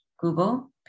Google